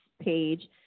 page